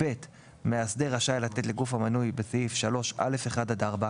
(ב) מאסדר רשאי לתת לגוף המנוי בסעיף 3(א)(1) עד (4)